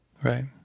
Right